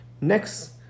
next